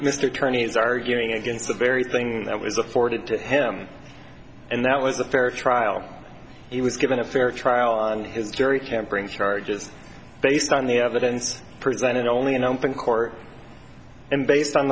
mr attorneys arguing against the very thing that was afforded to him and that was a fair trial he was given a fair trial and his jury can bring charges based on the evidence presented only in open court and based on